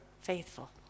faithful